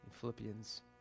Philippians